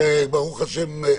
ברוך השם,